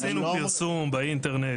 עשינו פרסום באינטרנט.